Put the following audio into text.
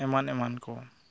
ᱮᱢᱟᱱ ᱮᱢᱟᱱ ᱠᱚ